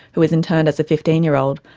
who was interned as a fifteen year old,